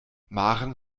maren